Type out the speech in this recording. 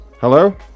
Hello